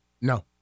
No